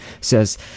says